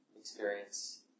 experience